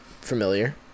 familiar